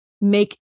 make